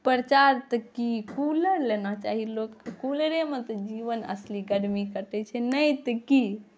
प्रचार तऽ की कूलर लेना चाही लोकके कुलरेमे तऽ जीवन असली गरमी कटै छै नहि तऽ कि